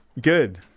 Good